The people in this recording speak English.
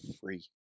free